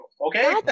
okay